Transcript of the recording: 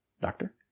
doctor